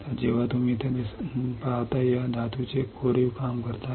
तर जेव्हा तुम्ही धातू खोदता तेव्हा तुम्हाला इथे काय दिसते